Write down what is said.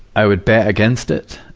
i would bet against it,